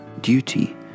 duty